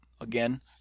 Again